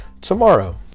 tomorrow